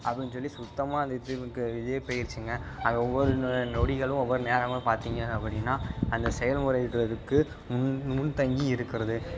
அப்படின் சொல்லி சுத்தமாக அந்த இது இருக்கற இதே போயிருச்சிங்க அது ஒவ்வொரு நொ நொடிகளும் ஒவ்வொரு நேரமும் பார்த்திங்க அப்படின்னா அந்த செயல்முறை இடுவதுக்கு முன் முன்தங்கி இருக்கிறது